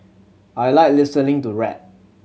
I like listening to rap